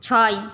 ছয়